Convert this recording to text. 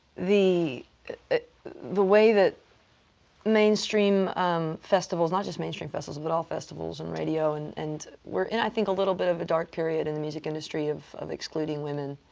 the the way that mainstream um festivals, not just mainstream festivals, but all festivals in radio, and and we're in, i think, a little bit of a dark period in the music industry of of excluding women